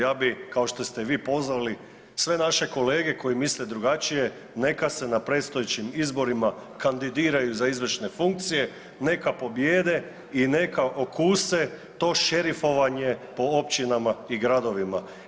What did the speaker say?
Ja bih kao što ste vi pozvali sve naše kolege koji misle drugačije neka se na predstojećim izborima kandidiraju za izvršne funkcije, neka pobijede i neka okuse to šerifovanje po općinama i gradovima.